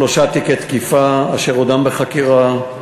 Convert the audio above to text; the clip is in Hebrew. שלושה תיקי תקיפה אשר עודם בחקירה,